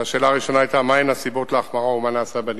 כשהשאלה הראשונה היתה: מה הן הסיבות להחמרה ומה נעשה בנדון,